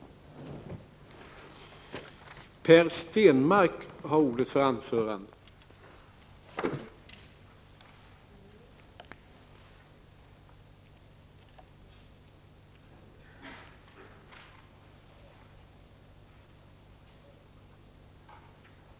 13 november 1985